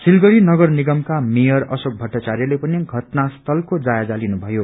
सिलगढ़ी नगर निगमका मेयर अशोक भट्टाचार्यले पनि घटनास्थलको जायजा लिनु भयो